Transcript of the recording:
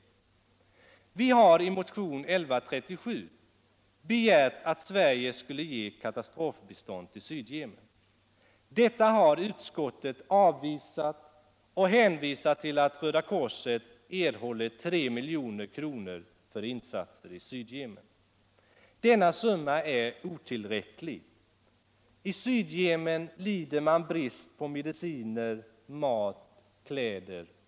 Vi har i motion 1137 begärt att Sverige skulle ge kataästrofbistånd till Sydvyemen. Detta har utskottet avvisat och hänvisar till att Röda korset erhållit 3 milj.kr. för insatser i Sydyemen. Denna summa är oullräcklig. I Sydvemen lider man brist på bl.a. mediciner, mat och kläder.